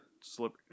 slip